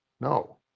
No